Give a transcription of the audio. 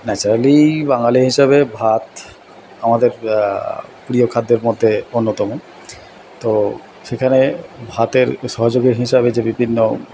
naturally Bengali হিসাবে ভাত আমাদের প্রিয় খাদ্যের মধ্যে অন্যতম তো সেখানে ভাতের সহযোগী হিসাবে যে বিভিন্ন